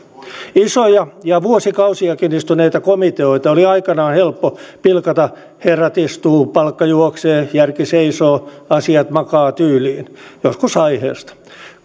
isoja ja vuosikausiakin istuneita komiteoita oli aikanaan helppo pilkata herrat istuu palkka juoksee järki seisoo asiat makaa tyyliin joskus aiheesta